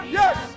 yes